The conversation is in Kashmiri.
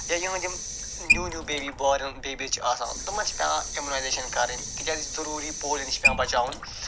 یا یِہنٛدۍ یِم new new baby born babies چھِ آسان تِمن چھِ پٮ۪وان اِمنایزیٚشن کَرٕنۍ تِکیٛازِ ضروٗری پولیٖن چھِ پٮ۪وان بچاوُن